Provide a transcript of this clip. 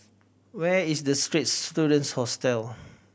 where is The Straits Students Hostel